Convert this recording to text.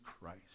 Christ